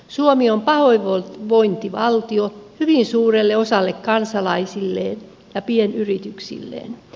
suomi on pahoinvointivaltio hyvin suurelle osalle kansalaisiaan ja pienyrityksiään